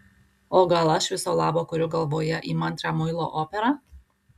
o gal aš viso labo kuriu galvoje įmantrią muilo operą